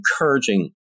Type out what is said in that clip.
encouraging